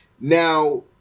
Now